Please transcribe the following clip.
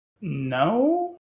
No